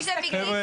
תסתכל.